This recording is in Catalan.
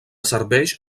serveix